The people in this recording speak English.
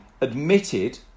admitted